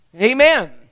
amen